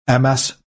MS